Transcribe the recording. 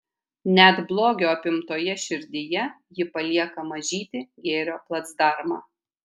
net blogio apimtoje širdyje ji palieka mažytį gėrio placdarmą